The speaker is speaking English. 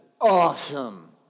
awesome